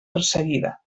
perseguida